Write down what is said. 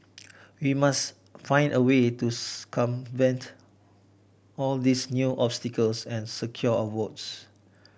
we must find a way to all these new obstacles and secure our votes